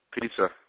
Pizza